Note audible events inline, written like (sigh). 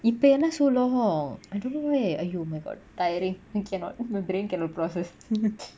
இப்ப என்ன:ippa enna so long I don't know why eh !aiyo! my god tiring cannot my brain cannot process (noise)